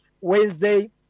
Wednesday